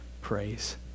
praise